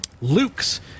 luke's